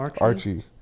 Archie